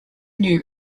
new